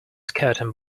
skirting